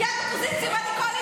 כי את באופוזיציה ואני בקואליציה,